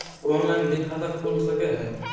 Online भी खाता खूल सके हय?